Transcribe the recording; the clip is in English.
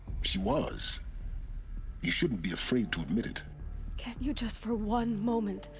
she was you shouldn't be afraid to admit it can't you just for one moment.